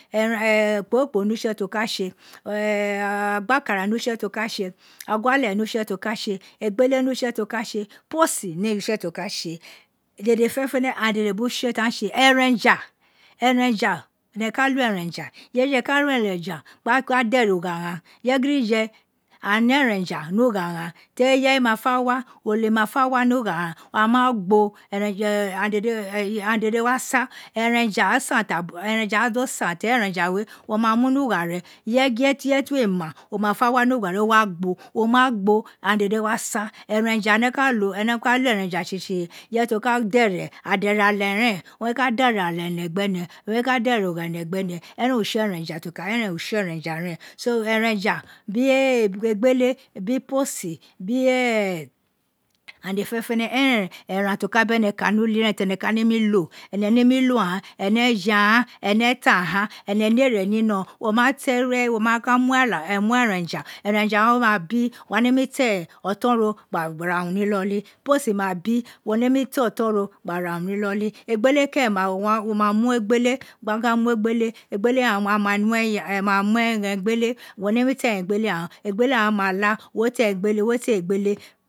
Okpohoro kpo nu tse ti o ka tse agbakara ne utse ti o ka tse, egbele ne utse ti o ka tse iposi ne utse ti o ka tse dede fenefefe aghan dede biri utse ti aghan ka tse, eren ja erenfa ene ks lo erenja ireye gidife ka lo erenja gba dere ugha aghan ireye gidife aghan ne erenja ni ugha aghan, teri irefe gidife ma fe wa, ole ma fe wa ni ugha agha agha ma gbo aghan dede wa se erenja san erenja do san teni erenja we wo ma mu ni ugha re ireye ti ireye ti irefe fi we ma o ms fe wa ni ughare o wa gbo o ma gbo aghan dede wa sa. eren ja ene ka lo ene ka lo erenja tsitsi irefe ti o ka dere ale adere ale ren owun re ka dene ale ene gbe ene owun re ka dere ugha ene gbe ne ere utse eren ja ren so erenja bi egbelele biri iposi bin aghan dede fenefene eren ti o ka bene kani uli ren tene ka nemi lo ene nemi lo agha ene je aghan ene ta aghan ene je aghan ene ta aghan ene ne ene ni noron o ma wo ma ka mu erenja erenji we ma bi wo wa nemi oton no gba ra urun ni ilolo iposi ma bi, wo nemi ta oton ro gba ra urun ni iloli, egbele keren wo ma mu egbele gin wo wino gha mu egbele egbele ghan aghan ma mu eghen egbele wo nemi ta eghen egbele yhan egbele ghan ma la wo ta egbele.